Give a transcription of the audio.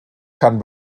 kann